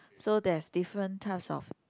so there's different types of